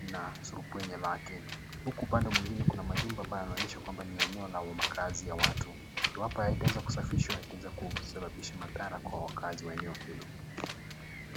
na surubwenya lake, huku pande mwingine kuna majumba ambayo yana onyesha ni eneo la makazi ya watu. Huku hapa hakita eza ku safishwa kita ongeza madhara kwa afia ya watu.